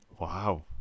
wow